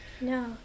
No